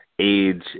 age